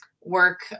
work